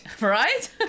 Right